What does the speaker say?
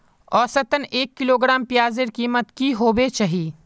औसतन एक किलोग्राम प्याजेर कीमत की होबे चही?